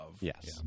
Yes